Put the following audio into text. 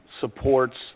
supports